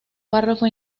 párrafo